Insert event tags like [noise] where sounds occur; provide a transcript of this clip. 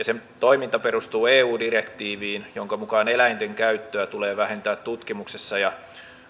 [unintelligible] sen toiminta perustuu eu direktiiviin jonka mukaan eläinten käyttöä tulee vähentää tutkimuksessa ja